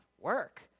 work